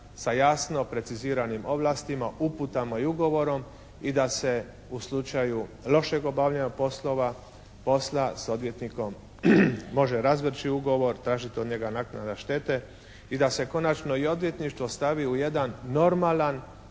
sa jasno preciziranim ovlastima, uputama i ugovorom i da se u slučaju lošeg obavljanja poslova posla sa odvjetnikom može razvrći ugovor, tražiti od njega naknada štete i da se konačno i odvjetništvo stavi u jedan normalan